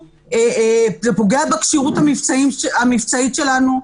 זה פוגע בכשירות המבצעית שלנו,